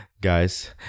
Guys